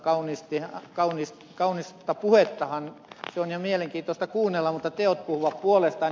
heinonen kertoi ovat kaunista puhetta ja ihan mielenkiintoisia kuunnella mutta teot puhuvat puolestaan